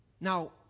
Now